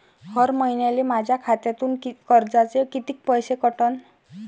हर महिन्याले माह्या खात्यातून कर्जाचे कितीक पैसे कटन?